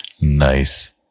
Nice